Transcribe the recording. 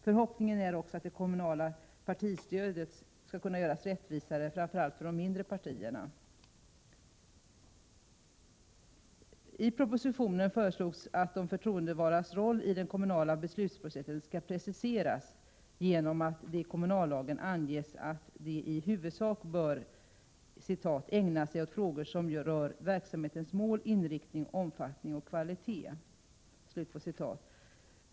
Förhoppningen är också att det kommunala partistödet skall kunna göras rättvisare framför allt för de mindre partierna. I propositionen föreslås att de förtroendevaldas roll i den kommunala beslutsprocessen skall preciseras genom att det i kommunallagen anges att de i huvudsak bör ”ägna sig åt frågor som rör verksamhetens mål, inriktning, omfattning och kvalité”.